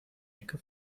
ecke